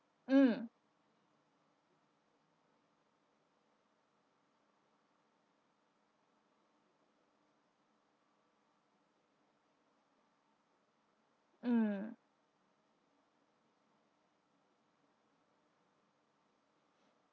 mm mm